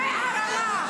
זו הרמה.